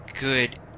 good